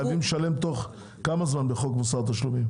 תוך כמה זמן חייבים לשלם בחוק מוסר התשלומים?